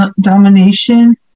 domination